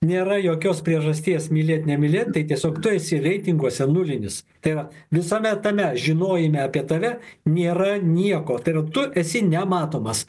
nėra jokios priežasties mylėt nemylėt tai tiesiog tu esi reitinguose nulinis tai yra visame tame žinojime apie tave nėra nieko tai yra tu esi nematomas